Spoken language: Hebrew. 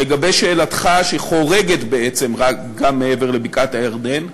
לגבי שאלתך שחורגת בעצם גם מעבר לבקעת-הירדן,